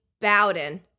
Bowden